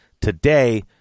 today